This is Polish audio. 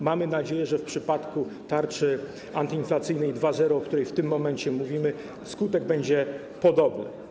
Mamy nadzieję, że w przypadku tarczy antyinflacyjnej 2.0, o której w tym momencie mówimy, skutek będzie podobny.